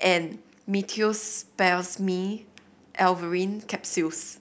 and Meteospasmyl Alverine Capsules